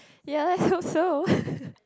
ya lets hope so